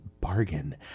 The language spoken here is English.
bargain